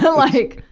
so like,